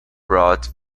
brought